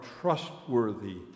trustworthy